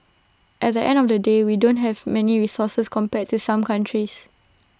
at the end of the day we don't have many resources compared to some countries